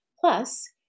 Plus